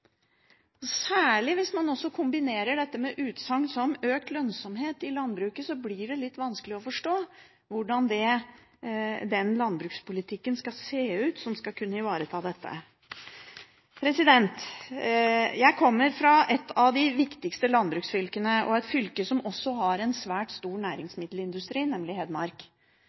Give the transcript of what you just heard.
særlig hvis man også kombinerer dette med utsagn som økt lønnsomhet i landbruket, blir det litt vanskelig å forstå hvordan den landbrukspolitikken skal se ut som skal kunne ivareta dette. Jeg kommer fra et av de viktigste landbruksfylkene, og et fylke som også har en stor næringsmiddelindustri, nemlig Hedmark.